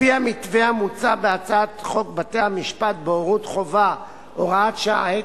על-פי המתווה המוצע בהצעת חוק בתי-המשפט (בוררות חובה) (הוראת שעה),